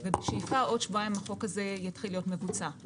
ובשאיפה בעוד שבועיים החוק הזה יתחיל להיות מבוצע.